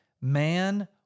Man